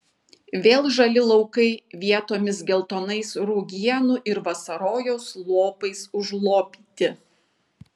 vėl žali laukai vietomis geltonais rugienų ir vasarojaus lopais užlopyti